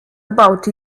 about